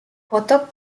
potok